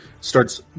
starts